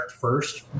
first